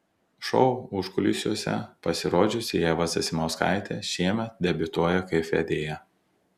šou užkulisiuose pasirodžiusi ieva zasimauskaitė šiemet debiutuoja kaip vedėja